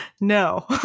no